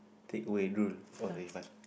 take away drool oh